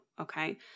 Okay